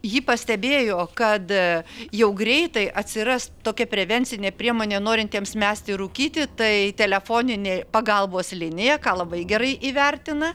ji pastebėjo kad jau greitai atsiras tokia prevencinė priemonė norintiems mesti rūkyti tai telefoninė pagalbos linija ką labai gerai įvertina